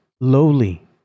lowly